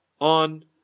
on